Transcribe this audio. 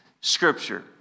Scripture